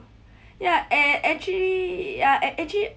ya and actually ya a~ actually